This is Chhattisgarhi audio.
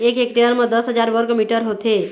एक हेक्टेयर म दस हजार वर्ग मीटर होथे